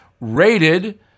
rated